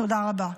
תודה רבה.